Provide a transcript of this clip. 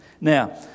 Now